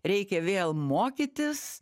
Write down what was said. reikia vėl mokytis